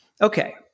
okay